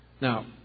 Now